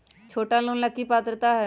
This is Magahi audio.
छोटा लोन ला की पात्रता है?